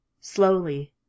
Slowly